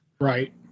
Right